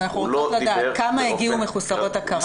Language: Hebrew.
הוא לא דיבר באופן --- אז אנחנו רוצות לדעת כמה הגיעו מחוסרות הכרה,